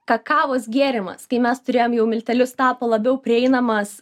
kakavos gėrimas kai mes turėjom jau miltelius tapo labiau prieinamas